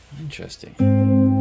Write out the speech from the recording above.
Interesting